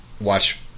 Watch